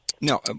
No